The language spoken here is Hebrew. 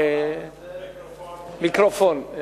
להפעיל את המיקרופון.